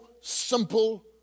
simple